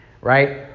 right